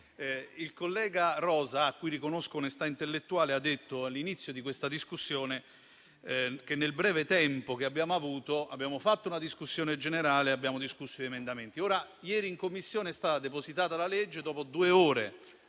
Il collega Rosa, a cui riconosco onestà intellettuale, ha detto all'inizio di questa discussione che nel breve tempo che abbiamo avuto abbiamo fatto una discussione generale e discusso emendamenti. Ieri in Commissione è stata depositata la legge e dopo due ore